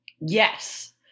Yes